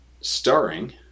starring